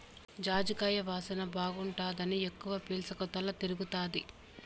జాజికాయ వాసన బాగుండాదని ఎక్కవ పీల్సకు తల తిరగతాది